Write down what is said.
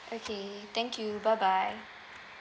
okay thank you bye bye